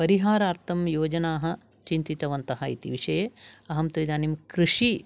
परिहारार्थं योजनाः चिन्तितवन्तः इति विषये अहं तु इदानीं कृषि